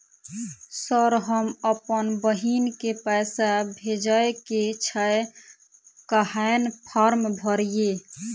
Sir हम अप्पन बहिन केँ पैसा भेजय केँ छै कहैन फार्म भरीय?